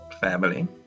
family